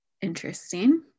interesting